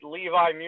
Levi